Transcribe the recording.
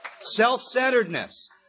Self-centeredness